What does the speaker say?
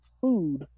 food